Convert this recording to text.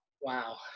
Wow